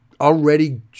already